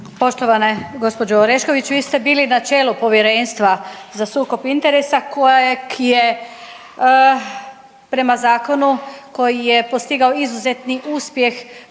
Poštovana gđo. Orešković. Vi ste bili na čelu Povjerenstva za sukob interesa kojeg je prema zakonu koji je postigao izuzetni uspjeh